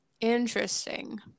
interesting